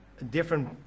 different